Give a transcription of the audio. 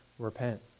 Repent